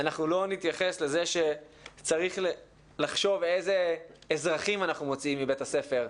אנחנו לא נתייחס לזה שצריך לחשוב איזה אזרחים אנחנו מוציאים מבית הספר,